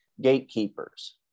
gatekeepers